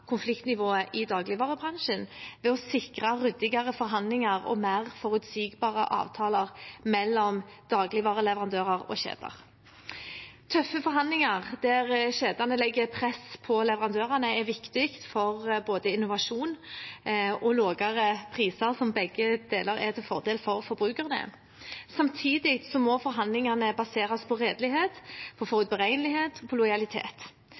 konfliktnivået i dagligvarebransjen ved å sikre ryddigere forhandlinger og mer forutsigbare avtaler mellom dagligvareleverandører og -kjeder. Tøffe forhandlinger der kjedene legger press på leverandørene, er viktig for både innovasjon og lavere priser, som begge deler er til fordel for forbrukerne. Samtidig må forhandlingene baseres på redelighet, på forutberegnelighet og på lojalitet.